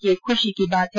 ये ख्शी की बात है